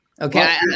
Okay